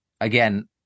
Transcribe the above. again